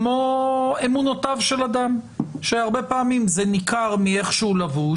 כמו אמונותיו של אדם שהרבה פעמים זה ניכר מאיך שהוא לבוש,